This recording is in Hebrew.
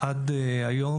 ועד היום,